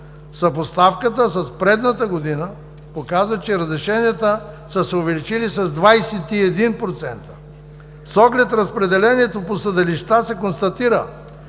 Съпоставката с предходната година показва, че разрешенията са се увеличили с 21,09%. С оглед разпределението по съдилища се констатира,